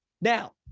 Now